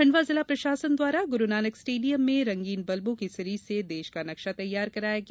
खंडवा जिला प्रशासन द्वारा गुरूनानक स्टेडियम में रंगीन बल्बो की सीरिज से देश का नक्शा तैयार कराया गया